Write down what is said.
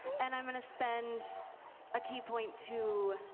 and i'm going to spend a ki point to